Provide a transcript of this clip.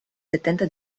setenta